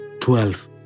twelve